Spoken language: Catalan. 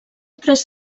tres